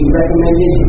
recommended